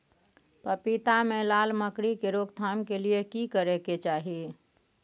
पपीता मे लाल मकरी के रोक थाम के लिये की करै के चाही?